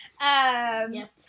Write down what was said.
yes